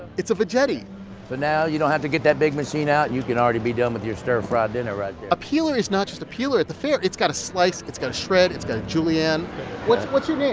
it's a veggetti but now you don't have to get that big machine out. you can already be done with your stir fry dinner right there a peeler is not just a peeler at the fair. it's got to slice. it's got to shred. it's got to julienne what's what's your name?